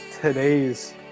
today's